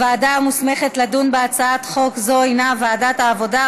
הוועדה המוסמכת לדון בהצעת חוק זו היא ועדת העבודה,